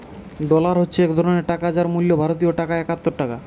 dollar হচ্ছে এক ধরণের টাকা যার মূল্য ভারতীয় টাকায় একাত্তর টাকা